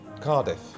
Cardiff